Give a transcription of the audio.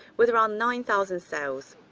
with around nine thousand sales.